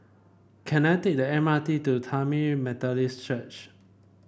can I take the M R T to Tamil Methodist Church